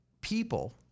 people